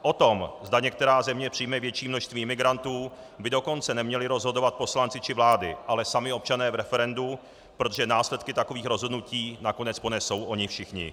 O tom, zda některá země přijme větší množství imigrantů, by dokonce neměli rozhodovat poslanci či vlády, ale sami občané v referendu, protože následky takových rozhodnutí nakonec ponesou oni všichni.